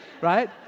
right